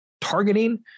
Targeting